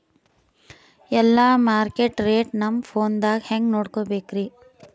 ಎಲ್ಲಾ market rate ನಮ್ ಫೋನದಾಗ ಹೆಂಗ ನೋಡಕೋಬೇಕ್ರಿ?